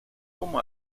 como